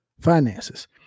finances